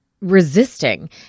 resisting